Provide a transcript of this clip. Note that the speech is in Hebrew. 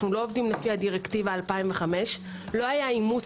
אנו לא עובדים לפי דירקטיבה 2004. לא היה אימוץ